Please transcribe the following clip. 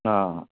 ಹಾಂ